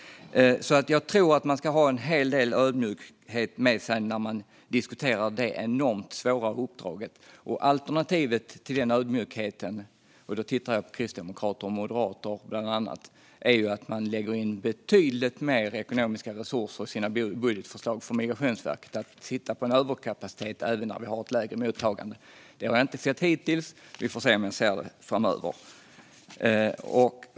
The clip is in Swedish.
Därför tror jag att man ska ha en hel del ödmjukhet med sig när man diskuterar detta enormt svåra uppdrag. Alternativet till den ödmjukheten - och då tittar jag på bland annat kristdemokrater och moderater - är att man lägger in betydligt mer ekonomiska resurser till Migrationsverket i sina budgetförslag, så att man har en överkapacitet även när vi har ett lägre mottagande. Det har jag inte sett hittills. Vi får se om jag ser det framöver.